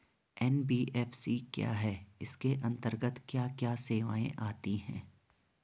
NBFC क्या है इसके अंतर्गत क्या क्या सेवाएँ आती हैं?